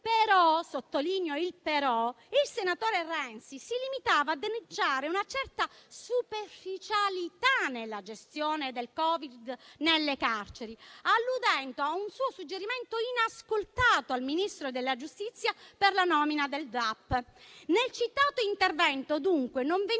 al Ministro, il senatore Renzi si limitava a denunciare una certa superficialità nella gestione del Covid nelle carceri, alludendo a un suo suggerimento - inascoltato - al Ministro della giustizia per la nomina del DAP. Nel citato intervento, dunque, non veniva